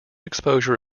exposure